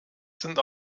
sind